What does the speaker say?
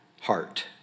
heart